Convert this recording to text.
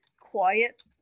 quiet